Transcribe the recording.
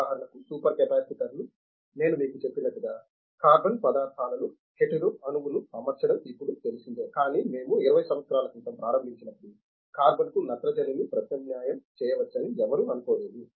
ఉదాహరణకు సూపర్ కెపాసిటర్లు నేను మీకు చెప్పినట్లుగా కార్బన్ పదార్థాలలో హీటిరో అణువును అమర్చడం ఇప్పుడు తెలిసింది కానీ మేము 20 సంవత్సరాల క్రితం ప్రారంభించినప్పుడు కార్బన్కు నత్రజనిని ప్రత్యామ్నాయం చేయవచ్చని ఎవరూ అనుకోలేదు